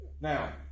Now